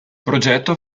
progetto